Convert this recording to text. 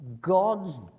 God's